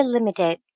Limited